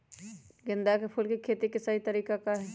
गेंदा के फूल के खेती के सही तरीका का हाई?